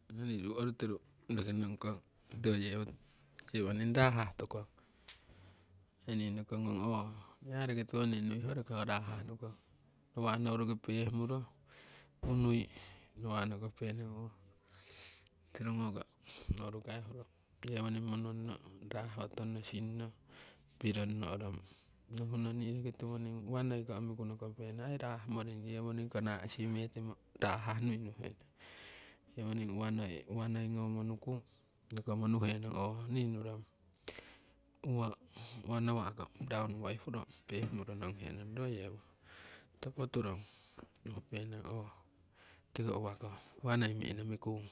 ruu orutiru roki nongkong ro yewo yewoning rahah tukong impa nii tokogong oho nii aii roki tiwoning nui horoki ho rahah nukong. Nawa' nouriki pehmuro unui nawa' nokope nong tirugoko nouruki aii huro yewoning monongno raho tongno singnong, pirong nohrong nokung nong nii roki tiwoning uwa noi ko omiku nokope nong aii rah moring yewoningko naasime timo rahah nui nuhenong. Yewoning uwa noi ngomo nuku nokomo nuhe nong oho nii nurong, uwa nawa' ko raunu woi huro pehmuro nonghe nong ro yewo topo turong nokopenong oho tiko uwako uwa noi mi'nomi kung